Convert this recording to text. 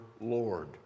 lord